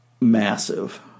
massive